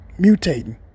mutating